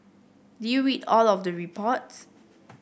did you read all of the reports